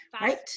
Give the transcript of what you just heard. Right